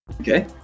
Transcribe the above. Okay